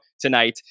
tonight